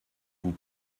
vous